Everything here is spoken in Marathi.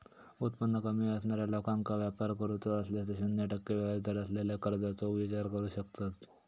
उत्पन्न कमी असणाऱ्या लोकांका व्यापार करूचो असल्यास ते शून्य टक्के व्याजदर असलेल्या कर्जाचो विचार करू शकतत